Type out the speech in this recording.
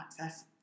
access